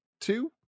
two